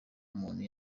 umuntu